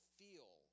feel